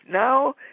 Now